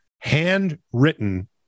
Handwritten